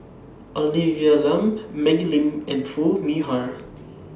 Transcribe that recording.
Olivia Lum Maggie Lim and Foo Mee Har